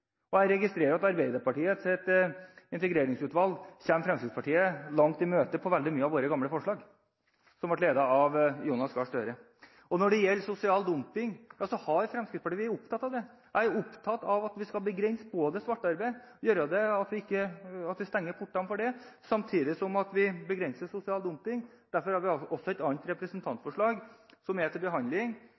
Jeg registrerer at Arbeiderpartiets integreringsutvalg, som ble ledet av Jonas Gahr Støre, kommer Fremskrittspartiet langt i møte på veldig mange av våre gamle forslag. Når det gjelder sosial dumping, har Fremskrittspartiet vært opptatt av det. Vi er opptatt av at vi skal begrense svart arbeid, at vi stenger portene for det, samtidig som vi begrenser sosial dumping. Derfor har vi også et annet representantforslag som er til behandling